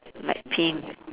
light pink